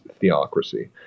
theocracy